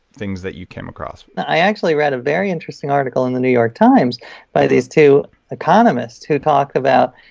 things that you came across? i actually read a very interesting article in the new york times by these two economists who talk about,